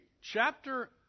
Chapter